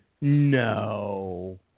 No